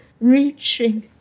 Reaching